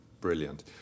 Brilliant